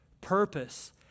purpose